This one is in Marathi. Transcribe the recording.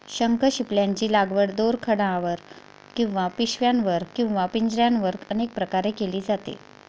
शंखशिंपल्यांची लागवड दोरखंडावर किंवा पिशव्यांवर किंवा पिंजऱ्यांवर अनेक प्रकारे केली जाते